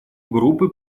группы